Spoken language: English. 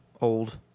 Old